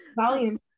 volume